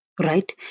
Right